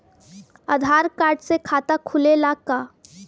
आधार card से खाता खुले ला का?